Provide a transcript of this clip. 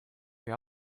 your